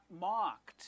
mocked